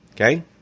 Okay